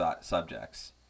subjects